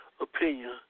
opinion